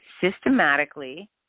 systematically